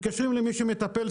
מתקשרים למי שמטפל,